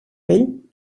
vell